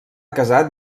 casat